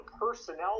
personnel